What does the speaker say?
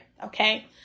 Okay